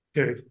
Okay